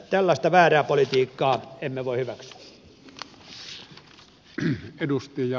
tällaista väärää politiikkaa emme voi hyväksyä